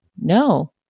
No